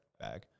bag